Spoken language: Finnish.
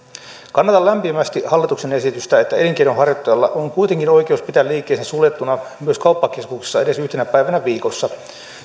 kannatan lämpimästi hallituksen esitystä että elinkeinonharjoittajalla on kuitenkin oikeus pitää liikkeensä suljettuna myös kauppakeskuksissa edes yhtenä päivänä viikossa